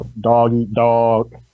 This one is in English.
dog-eat-dog